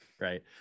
right